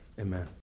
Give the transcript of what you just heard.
Amen